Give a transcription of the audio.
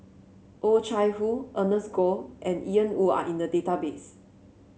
Oh Chai Hoo Ernest Goh and Ian Woo are in the database